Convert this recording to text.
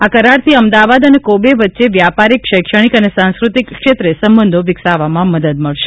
આ કરારથી અમદાવાદ અને કોબે વચ્ચે વ્યાપારિક શૈક્ષણિક અને સાંસ્ક્રતિક ક્ષેત્રે સંબંધો વિકસાવવામાં મદદ મળશે